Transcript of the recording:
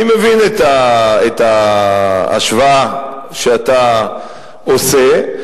אני מבין את ההשוואה שאתה עושה,